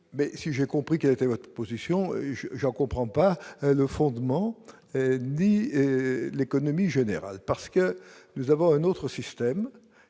mais si j'ai compris quelle était votre position, je comprends pas le fondement ni l'économie générale parce que nous avons un autre système